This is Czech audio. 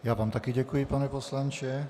Já vám také děkuji, pane poslanče.